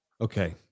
Okay